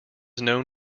known